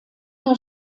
jahr